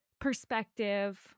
perspective